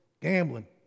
gambling